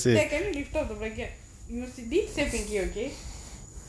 take can you lift of the bracket used deep sipping give you okay